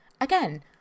again